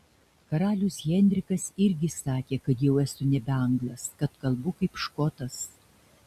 karalius henrikas irgi sakė kad jau esu nebe anglas kad kalbu kaip škotas